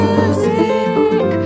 Music